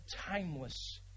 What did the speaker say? timeless